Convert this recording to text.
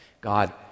God